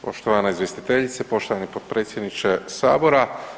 Poštovana izvjestiteljice, poštovani potpredsjedniče Sabora.